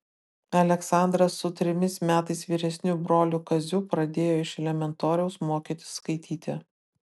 aleksandras su trimis metais vyresniu broliu kaziu pradėjo iš elementoriaus mokytis skaityti